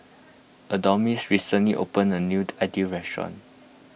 Adonis recently opened a new Idili restaurant